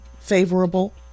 favorable